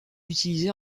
utilisé